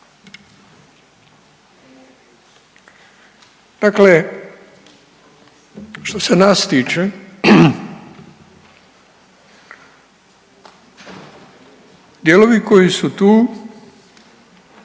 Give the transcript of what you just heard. Dakle, što se nas tiče dijelovi koji su tu